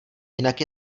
jinak